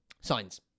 Signs